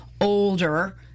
older –